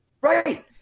Right